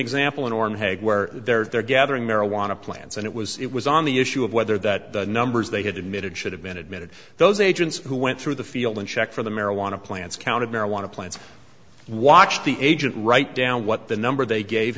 example in or in hague where they're gathering marijuana plants and it was it was on the issue of whether that the numbers they had admitted should have been admitted those agents who went through the field and checked for the marijuana plants counted marijuana plants watched the agent write down what the number they gave